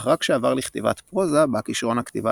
אך רק כשעבר לכתיבת פרוזה בא כישרון הכתיבה